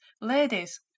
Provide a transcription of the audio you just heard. ladies